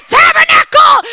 tabernacle